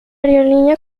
aerolínea